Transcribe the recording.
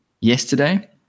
yesterday